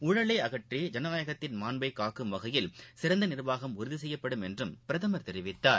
ஊழலை அகற்றி ஜனநாயகத்தின மான்பை காக்கும் வகையில் சிறந்த நிர்வாகம் உறுதி செய்யப்படும் என்று பிரதமர் தெரிவித்தார்